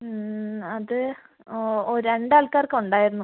അത് ഓ രണ്ടാൾക്കാർക്ക് ഉണ്ടായിരുന്നു